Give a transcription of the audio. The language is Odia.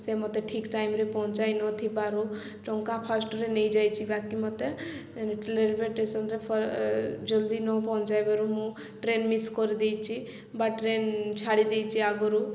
ସେ ମୋତେ ଠିକ୍ ଟାଇମ୍ରେ ପହଞ୍ଚାଇ ନଥିବାରୁ ଟଙ୍କା ଫାଷ୍ଟରେ ନେଇଯାଇଛି ବାକି ମୋତେ ରେଲୱେ ଷ୍ଟେସନ୍ରେ ଫା ଜଲ୍ଦି ନ ପହଞ୍ଚାଇବାରୁ ମୁଁ ଟ୍ରେନ୍ ମିସ୍ କରିଦେଇଛି ବା ଟ୍ରେନ୍ ଛାଡ଼ି ଦେଇଛି ଆଗରୁ